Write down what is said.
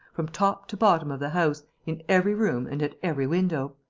from top to bottom of the house, in every room and at every window.